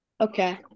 Okay